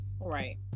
Right